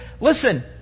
Listen